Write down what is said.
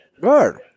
Good